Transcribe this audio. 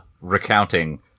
recounting